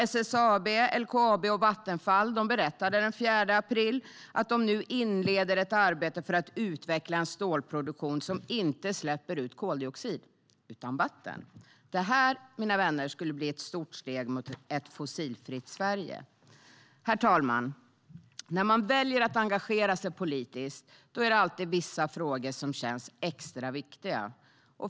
SSAB, LKAB och Vattenfall berättade den 4 april att de nu inleder ett arbete för att utveckla en stålproduktion som inte släpper ut koldioxid utan vatten. Det, mina vänner, skulle bli ett stort steg mot ett fossilfritt Sverige.Herr talman! När man väljer att engagera sig politiskt är det alltid vissa frågor som känns extra viktiga.